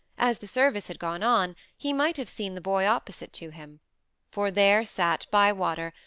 as the service had gone on, he might have seen the boy opposite to him for there sat bywater,